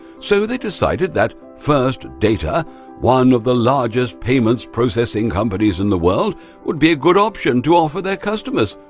so they decided that first data one of the largest payments processing companies in the world would be a good option to offer their customers,